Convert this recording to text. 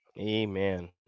Amen